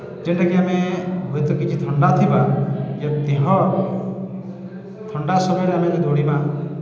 ଯେନ୍ଟାକି ଆମେ ହୁଏତ କିଛି ଥଣ୍ଡା ଥିବା ଯେ ଦେହ ଥଣ୍ଡା ସମୟରେ ଆମେ ଯଦି ଦୌଡ଼ିମା